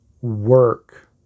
work